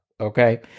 okay